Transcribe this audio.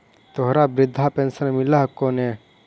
तोहरा वृद्धा पेंशन मिलहको ने?